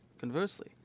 Conversely